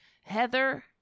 Heather